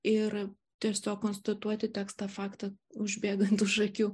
ir tiesiog konstatuoti teks tą faktą užbėgant už akių